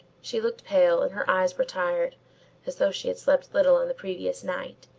she looked pale and her eyes were tired, as though she had slept little on the previous night,